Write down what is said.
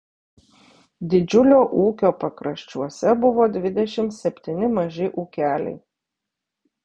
didžiulio ūkio pakraščiuose buvo dvidešimt septyni maži ūkeliai